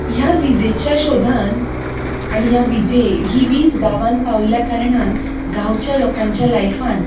ह्या विजेच्या शोदान आनी ह्या विजे ही वीज गांवांत पावल्ल्या कारणान गांवच्या लोकांच्या लायफांत